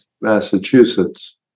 Massachusetts